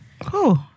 cool